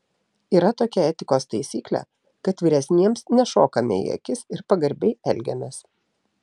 yra tokia etikos taisyklė kad vyresniems nešokame į akis ir pagarbiai elgiamės